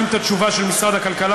טבעי.